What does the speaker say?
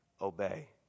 obey